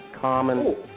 Common